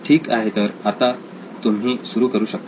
ठीक आहे तर आता तुम्ही सुरू करू शकता